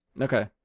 Okay